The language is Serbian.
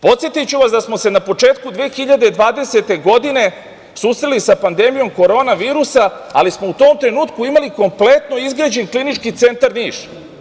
Podsetiću vas da smo se na početku 2020. godine, susreli sa pandemijom korona virusa, ali smo u tom trenutku imali kompletno izgrađen Klinički centar Niš.